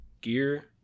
Gear